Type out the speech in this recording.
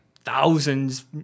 thousands